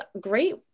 great